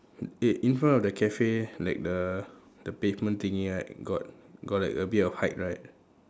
eh in front of the cafe like the the pavement thingy right got got like a bit of height right